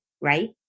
Right